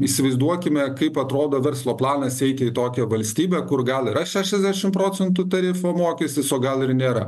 įsivaizduokime kaip atrodo verslo planas eiti į tokią valstybę kur gal yra šešiasdešim procentų tarifo mokestis o gal ir nėra